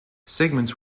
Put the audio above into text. segments